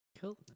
Cool